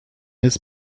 his